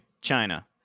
China